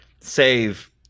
save